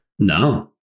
no